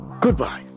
goodbye